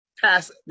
pass